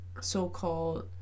so-called